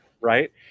Right